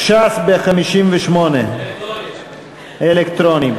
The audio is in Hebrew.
ש"ס ב-58, אלקטרוני.